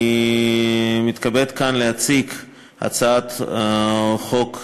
אני מתכבד כאן להציג את הצעת חוק-יסוד: